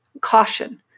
caution